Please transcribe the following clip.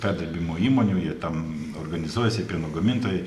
perdirbimo įmonių jie ten organizuojasi pieno gamintojai